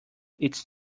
its